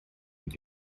mynd